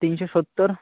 তিনশো সত্তর